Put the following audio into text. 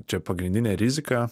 čia pagrindinė rizika